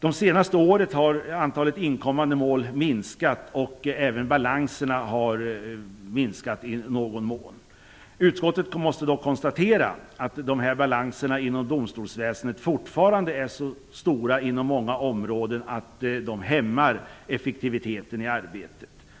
Det senaste året har antalet inkommande mål minskat, och även balanserna har minskat i någon mån. Utskottet måste dock konstatera att balanserna inom domstolsväsendet fortfarande är så stora på många områden att de hämmar effektiviteten i arbetet.